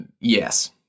Yes